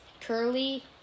Curly